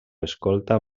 escolta